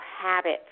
habits